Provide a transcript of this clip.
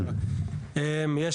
אני מנהל מרכז הצפרות בחברה להגנת הטבע.